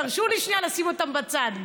תרשו לי שנייה לשים אותן בצד,